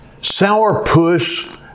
sourpuss